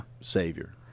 Savior